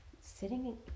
sitting